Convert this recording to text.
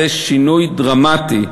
זה שינוי דרמטי.